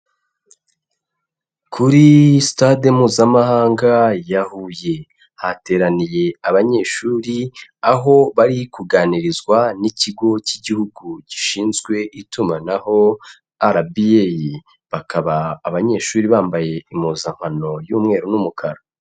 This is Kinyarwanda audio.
Kuri sitade Mpuzamahanga ya Huye, hateraniye abanyeshuri, aho bari kuganirizwa n'ikigo cy'Igihugu gishinzwe itumanaho RBA, bakaba abanyeshuri bambaye impuzankano y'umweru n'umukara.